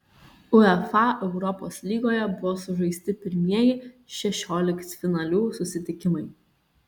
uefa europos lygoje buvo sužaisti pirmieji šešioliktfinalių susitikimai